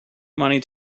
money